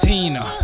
Tina